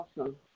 awesome